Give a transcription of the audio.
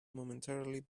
momentarily